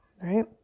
Right